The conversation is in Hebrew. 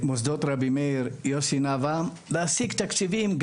מוסדות רבי מאיר, יוסי נבעה, להשיג תקציבים.